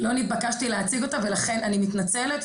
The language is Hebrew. לא נתבקשתי להציג אותו ולכן אני מתנצלת,